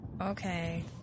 Okay